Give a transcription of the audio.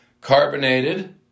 Carbonated